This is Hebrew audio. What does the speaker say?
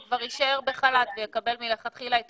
הוא כבר יישאר בחל"ת ויקבל מלכתחילה את